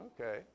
okay